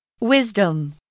Wisdom